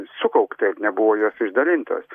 sukaupta ir nebuvo jos išdalintos